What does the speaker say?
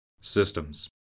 Systems